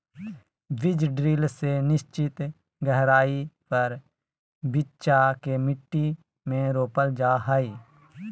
बीज ड्रिल से निश्चित गहराई पर बिच्चा के मट्टी में रोपल जा हई